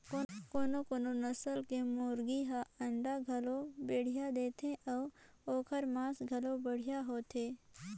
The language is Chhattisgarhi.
कोनो कोनो नसल के मुरगी हर अंडा घलो बड़िहा देथे अउ ओखर मांस घलो बढ़िया होथे